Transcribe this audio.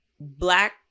black